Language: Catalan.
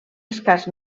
escàs